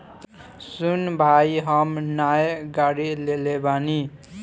सुन भाई हम नाय गाड़ी लेले बानी